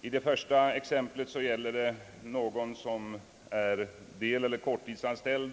Det första exemplet gäller den som är deleller korttidsanställd.